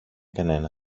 κανένα